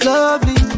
Lovely